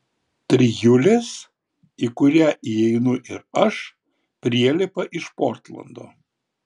trijulės į kurią įeinu ir aš prielipa iš portlando